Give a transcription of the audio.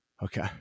Okay